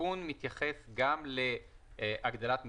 התיקון מתייחס גם להגדלת מס'